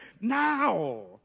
Now